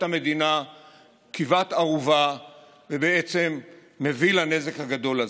המדינה כבת ערובה ובעצם מביא לנזק הגדול הזה.